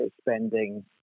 spending